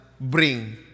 Bring